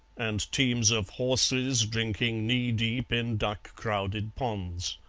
and teams of horses drinking knee-deep in duck-crowded ponds.